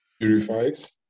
purifies